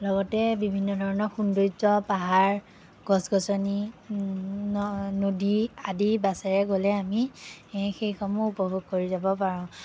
লগতে বিভিন্ন ধৰণৰ সৌন্দৰ্য পাহাৰ গছ গছনি ন নদী আদি বাছেৰে গ'লে আমি এ সেইসমূহ উপভোগ কৰি যাব পাৰোঁ